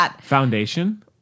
Foundation